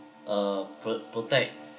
uh pro~ protect